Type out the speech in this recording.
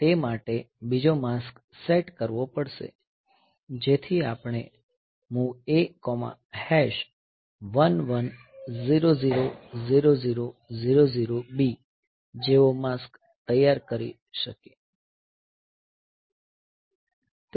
તે હેતુ માટે બીજો માસ્ક સેટ કરવો પડશે જેથી આપણે આ MOV A11000000b જેવો માસ્ક તૈયાર કરી શકીએ